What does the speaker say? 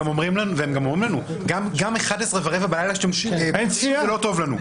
הם גם אומרים לנו ש-11 ורבע בלילה זה לא טוב להם.